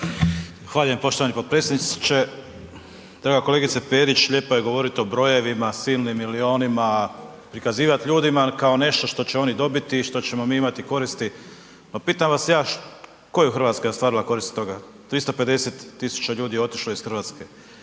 Zahvaljujem poštovani potpredsjedniče. Draga kolegice Perić, lijepo je govoriti o brojevima, silnim milijunima, prikazivati ljudima kao nešto što će oni dobiti i što ćemo mi imati koristi. Pa pitam vas ja, koju je Hrvatska ostvarila korist od toga? 350 tisuća ljudi je otišlo iz Hrvatske.